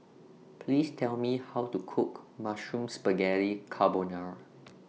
Please Tell Me How to Cook Mushroom Spaghetti Carbonara